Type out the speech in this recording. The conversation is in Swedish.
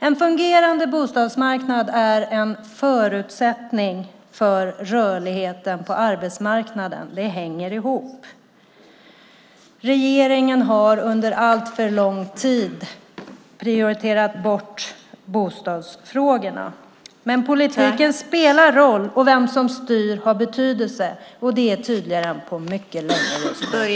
En fungerande bostadsmarknad är en förutsättning för rörligheten på arbetsmarknaden. Det hänger ihop. Regeringen har under alltför lång tid prioriterat bort bostadsfrågorna. Men politiken spelar roll, och vem som styr har betydelse. Det är tydligare nu än på mycket länge.